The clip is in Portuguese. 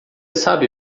sabe